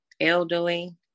elderly